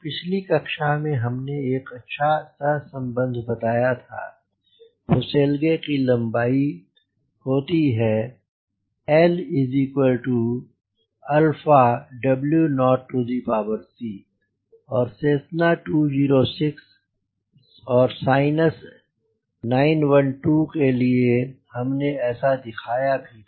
पिछली कक्षा में हमने एक अच्छा सह संबंध बताया था कि फुसेलगे की लम्बाई होती है LaW0c और सेस्सना 206 and साइनस 912 के लिए हमने ऐसा दिखाया भी था